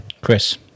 Chris